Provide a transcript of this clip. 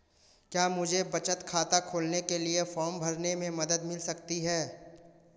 क्या मुझे बचत खाता खोलने के लिए फॉर्म भरने में मदद मिल सकती है?